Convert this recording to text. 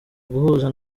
guhuza